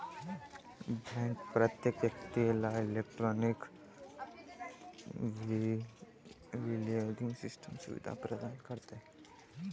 bank प्रत्येक व्यक्तीला electronic clearing system सुविधा प्रदान करते